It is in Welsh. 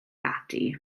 ati